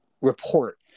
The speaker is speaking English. report